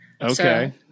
Okay